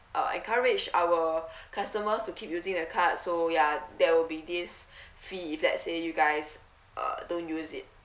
uh encourage our customers to keep using the card so ya there will be this fee if let's say you guys uh don't use it